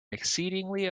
exceedingly